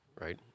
right